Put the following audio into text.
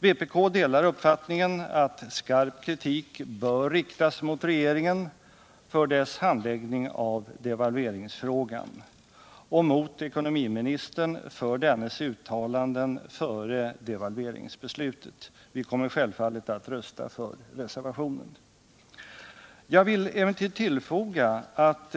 Vpk delar uppfattningen att skarp kritik bör riktas mot regeringen för dess handläggning av devalveringsfrågan, och mot ekonomiministern för dennes uttalanden före delvalveringsbeslutet. Vi kommer självfallet att rösta för reservationen. Jag vill emellertid tillfoga att